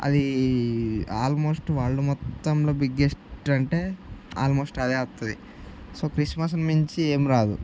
అది almost world మొత్తంలో biggest అంటే ఆల్మోస్ట్ అదే వస్తుంది సో క్రిస్మస్ను మించి ఏం రాదు